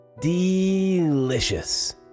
Delicious